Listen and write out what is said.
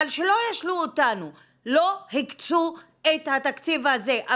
אבל שלא ישלו אותנו לא הקצו את התקציב הזה.